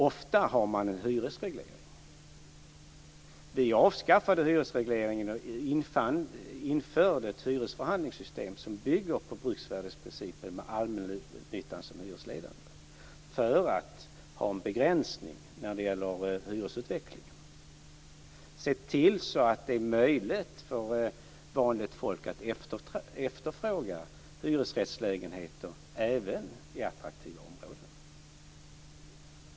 Ofta har man en hyresreglering. Vi avskaffade hyresregleringen och införde ett hyresförhandlingssystem som bygger på bruksvärdesprincipen med allmännyttan som hyresledande för att ha en begränsning när det gäller hyresutvecklingen och för att se till så att det är möjligt för vanligt folk att efterfråga hyresrättslägenheter även i attraktiva områden.